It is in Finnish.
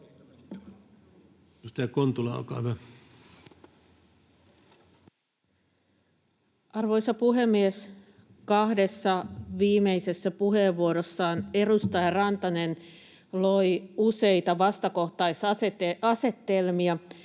Arvoisa puhemies! Kahdessa viimeisessä puheenvuorossaan edustaja Rantanen loi useita vastakohtaisasetelmia,